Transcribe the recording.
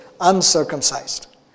uncircumcised